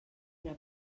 era